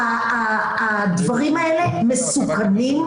הדברים האלה מסוכנים,